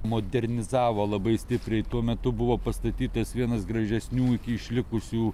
modernizavo labai stipriai tuo metu buvo pastatytas vienas gražesnių iki išlikusių